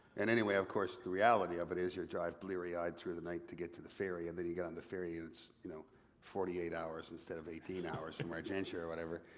and anyway of course the reality of it is, you drive bleary-eyed through the night to get to the ferry, and then you get on the ferry, it's you know forty eight hours instead of eighteen hours from argentia or whatever,